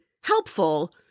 helpful